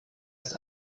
ist